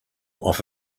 off